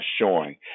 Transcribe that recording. showing